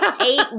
eight